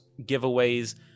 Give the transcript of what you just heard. giveaways